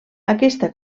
aquesta